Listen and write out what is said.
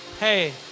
Hey